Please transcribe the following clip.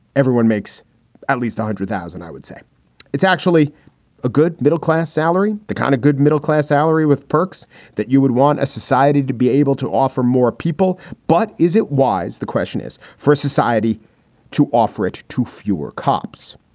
everyone makes at least one hundred thousand. i would say it's actually a good middle class salary. the kind of good middle-class salary with perks that you would want a society to be able to offer more people. but is it wise? the question is for a society to offer it to fewer cops.